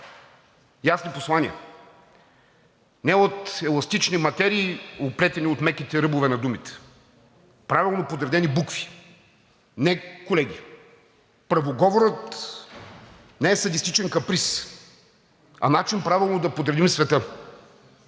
ясни послания, не от еластични материи, оплетени от меките ръбове на думите – правилно подредени букви. Не, колеги, правоговорът не е садистичен каприз, а начин правилно да подредим света.